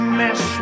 mess